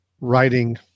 writing